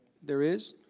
there is.